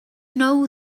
know